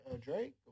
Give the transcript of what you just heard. Drake